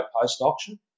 post-auction